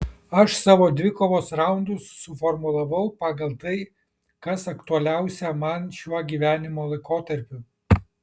aš savo dvikovos raundus suformulavau pagal tai kas aktualiausia man šiuo gyvenimo laikotarpiu